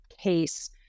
case